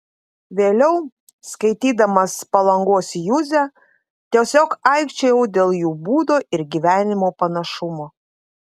vėliau skaitydamas palangos juzę tiesiog aikčiojau dėl jų būdo ir gyvenimo panašumo